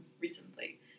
recently